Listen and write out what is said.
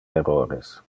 errores